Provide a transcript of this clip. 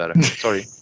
Sorry